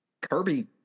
Kirby